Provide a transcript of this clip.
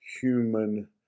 human